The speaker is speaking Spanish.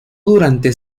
durante